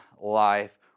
life